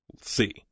see